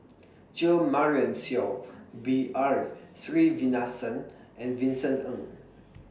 Jo Marion Seow B R Sreenivasan and Vincent Ng